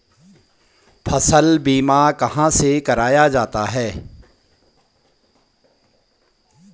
फसल बीमा कहाँ से कराया जाता है?